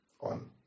on